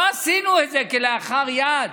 לא עשינו את זה כלאחר יד.